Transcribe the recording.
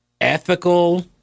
ethical